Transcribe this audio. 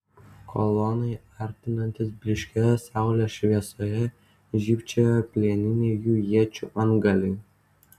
kolonai artinantis blyškioje saulės šviesoje žybčiojo plieniniai jų iečių antgaliai